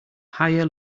higher